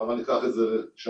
אבל ניקח את זה ---.